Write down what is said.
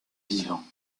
vivants